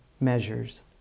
measures